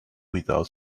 without